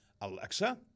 Alexa